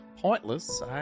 pointless